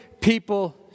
people